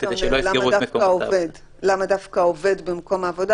זה אתה אומר למה דווקא העובד במקום העבודה